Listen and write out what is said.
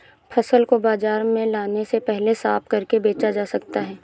फसल को बाजार में लाने से पहले साफ करके बेचा जा सकता है?